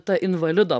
ta invalido